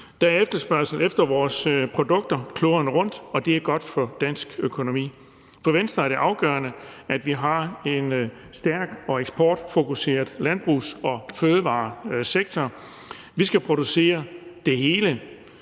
Der er efterspørgsel efter vores produkter kloden rundt, og det er godt for dansk økonomi. For Venstre er det afgørende, at vi har en stærk og eksportfokuseret landbrugs- og fødevaresektor. Vi skal producere det hele